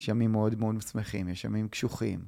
יש ימים מאוד מאוד שמחים, יש ימים קשוחים.